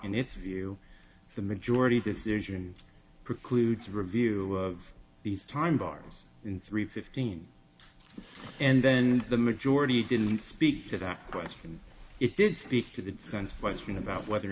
its view the majority decision precludes review of these time bars in three fifteen and then the majority didn't speak to that question it did speak to that sense but it's been about whether